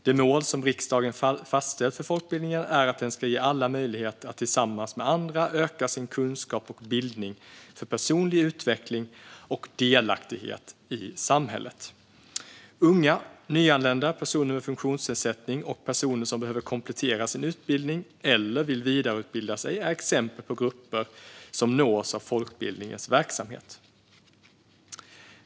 Det mål som riksdagen fastställt för folkbildningen är att den ska ge alla möjlighet att tillsammans med andra öka sin kunskap och bildning för personlig utveckling och delaktighet i samhället. Unga, nyanlända, personer med funktionsnedsättning och personer som behöver komplettera sin utbildning eller vill vidareutbilda sig är exempel på grupper som nås av folkbildningens verksamhet.